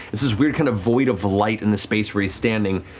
it's this weird kind of void of light in the space where he's standing,